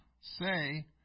say